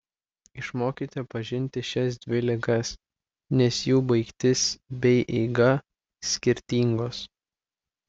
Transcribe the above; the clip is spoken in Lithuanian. išmokite pažinti šias dvi ligas nes jų baigtis bei eiga skirtingos